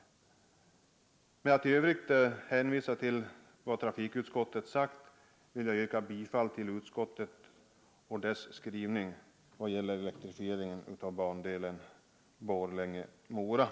I övrigt hänvisar jag till vad trafikutskottet har skrivit beträffande elektrifiering av bandelen Borlänge—Mora och yrkar bifall till utskottets hemställan.